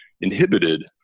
inhibited